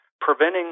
preventing